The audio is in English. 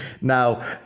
Now